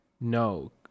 no